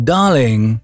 Darling